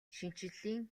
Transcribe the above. шинэчлэлийн